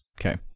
Okay